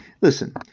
Listen